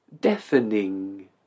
Deafening